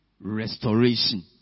Restoration